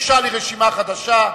הוגשה לי רשימה חדשה.